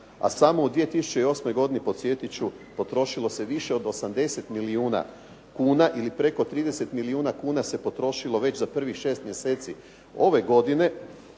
a samo u 2008. godini podsjetit ću potrošilo se više od 80 milijuna kuna ili preko 30 milijuna kuna se potrošilo već za prvih 6 mjeseci ove godine,